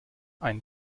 ein